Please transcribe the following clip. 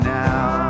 now